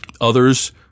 Others